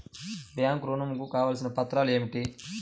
Bank ఋణం కు కావలసిన పత్రాలు ఏమిటి?